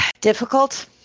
difficult